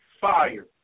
fire